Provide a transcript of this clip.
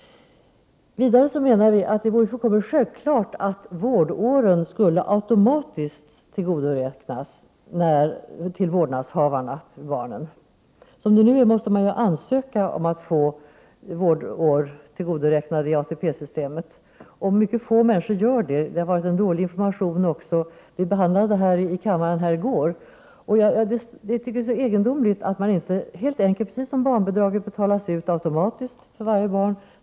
Vidare menar vi att det vore fullkomligt självklart att vårdåren skulle automatiskt tillgodoräknas dem som har vårdnaden om barn. Som det nu är måste man ansöka om att få vårdår tillgodoräknade i ATP-systemet, men mycket få människor gör det. Det har varit en mycket dålig information om denna möjlighet. Vi behandlade detta i kammaren i går. Barnbidraget betalas ju ut automatiskt till varje barn.